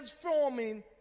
transforming